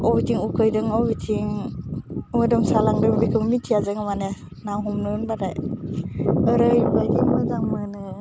अबेथिं उखैदों अबेथिं मोदोम सालांदों बेखौ मिथिया जोङो माने ना हमनो होनबाथाय ओरैबायदि मोजां मोनो